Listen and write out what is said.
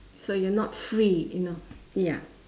so you are not free you know ya